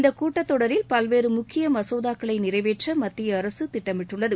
இந்த கூட்டத் தொடரில் பல்வேறு முக்கிய மசோதாக்களை நிறைவேற்ற மத்திய அரசு திட்டமிட்டுள்ளது